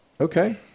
Okay